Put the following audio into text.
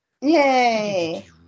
Yay